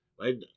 right